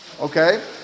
Okay